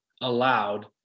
allowed